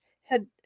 had